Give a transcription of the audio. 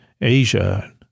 Asia